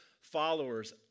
followers